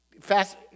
Fast